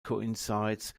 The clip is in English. coincides